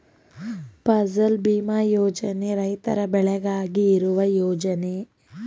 ಫಸಲ್ ಭೀಮಾ ಯೋಜನೆ ರೈತರ ಬೆಳೆಗಾಗಿ ಇರುವ ಯೋಜನೆ